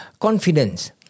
Confidence